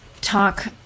talk